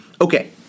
Okay